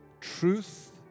truth